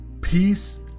peace